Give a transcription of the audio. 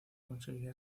conseguía